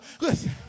Listen